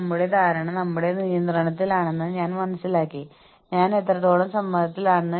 പിന്നെ ഞങ്ങൾക്ക് സംഘടനാതലത്തിലുള്ള പ്രോത്സാഹനങ്ങളുണ്ട്